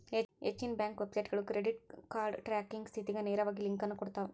ಹೆಚ್ಚಿನ ಬ್ಯಾಂಕ್ ವೆಬ್ಸೈಟ್ಗಳು credit card tracking ಸ್ಥಿತಿಗ ನೇರವಾಗಿ ಲಿಂಕ್ ಅನ್ನು ಕೊಡ್ತಾವ